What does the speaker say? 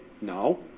No